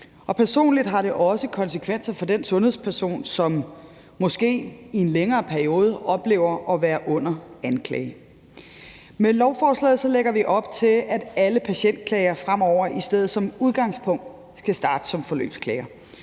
også personlige konsekvenser for den sundhedsperson, som måske i en længere periode oplever at være under anklage. Med lovforslaget lægger vi op til, at alle patientklager fremover som udgangspunkt i stedet skal starte som forløbsklager,